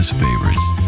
favorites